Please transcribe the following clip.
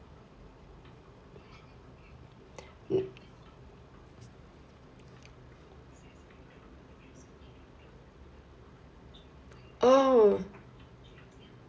n~ oh